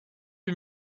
vue